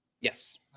Yes